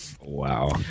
Wow